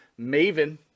Maven